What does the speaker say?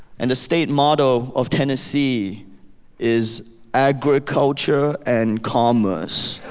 and the state motto of tennessee is agriculture and commerce